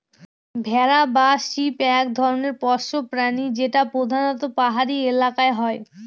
ভেড়া বা শিপ এক ধরনের পোষ্য প্রাণী যেটা প্রধানত পাহাড়ি এলাকায় হয়